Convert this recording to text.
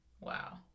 Wow